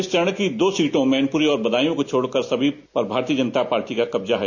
इस चरण की दो सीटों मैनपुरी और बदायूं को छोड़कर सभी पर भारतीय जनता पार्टी का कब्जा है